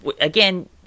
again